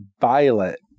Violet